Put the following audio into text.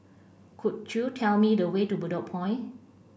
could you tell me the way to Bedok Point